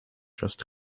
just